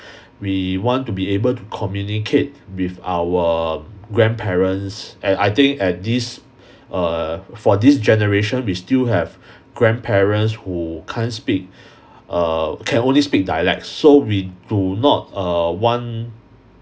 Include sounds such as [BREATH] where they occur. [BREATH] we want to be able to communicate with our grandparents and I think at this err for this generation we still have grandparents who can't speak err can only speak dialects so we do not err want